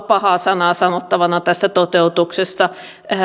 pahaa sanaa sanottavana tästä toteutuksesta